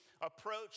approach